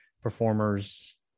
performers